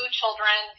children